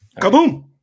Kaboom